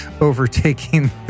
overtaking